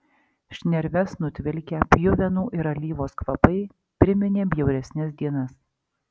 šnerves nutvilkę pjuvenų ir alyvos kvapai priminė bjauresnes dienas